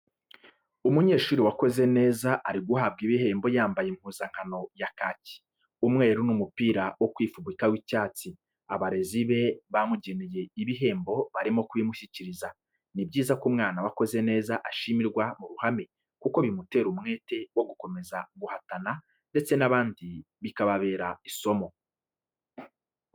Umunyeshuri wakoze neza ari guhabwa ibihembo yambaye impuzankano ya kaki, umweru n'umupira wo kwifubika w'icyatsi, abarezi be bamugeneye ibihembo barimo kubimushyikiriza, ni byiza ko umwana wakoze neza ashimirwa mu ruhame kuko bimutera umwete wo gukomeza guhatana ndetse n'abandi bikababera isomo.